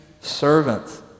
servants